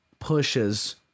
pushes